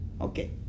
Okay